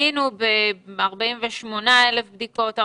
היינו ב-48,000 בדיקות,